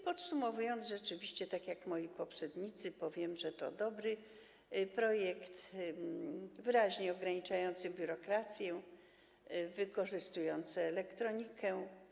Podsumowując, tak jak moi poprzednicy powiem, że to dobry projekt, wyraźnie ograniczający biurokrację, wykorzystujący elektronikę.